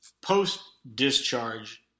post-discharge